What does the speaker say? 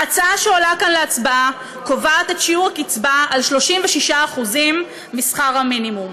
ההצעה שעולה כאן להצבעה קובעת את שיעור הקצבה על 36% משכר המינימום.